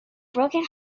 broken